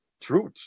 truth